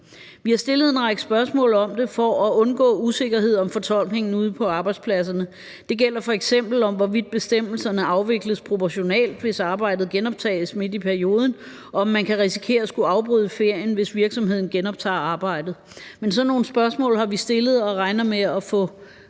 Vi har stillet en række spørgsmål om det for at undgå usikkerhed om fortolkningen ude på arbejdspladserne. Det gælder f.eks., hvorvidt bestemmelserne afvikles proportionalt, hvis arbejdet genoptages midt i perioden, og om man kan risikere at skulle afbryde ferien, hvis virksomheden genoptager arbejdet. Men sådan nogle spørgsmål har vi stillet og regner med at få